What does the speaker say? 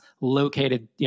located